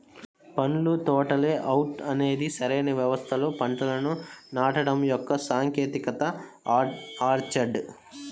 పండ్ల తోటల లేఅవుట్ అనేది సరైన వ్యవస్థలో పంటలను నాటడం యొక్క సాంకేతికత ఆర్చర్డ్